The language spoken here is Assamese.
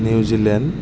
নিউজিলেণ্ড